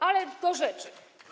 Ale do rzeczy.